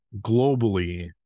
globally